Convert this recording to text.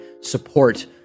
support